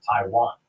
Taiwan